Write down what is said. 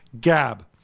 gab